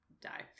die